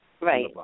Right